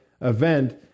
event